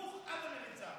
נמוך עד המריצה.